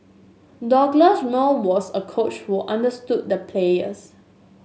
Douglas Moore was a coach who understood the players